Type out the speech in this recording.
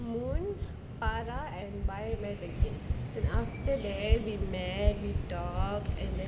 moon farah and my made the gi~ after that we met we talk and then